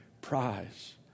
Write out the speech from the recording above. prize